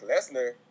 Lesnar